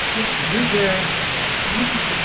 okay, you're there jesus.